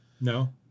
No